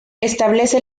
establece